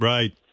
Right